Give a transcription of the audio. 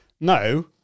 no